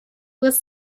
was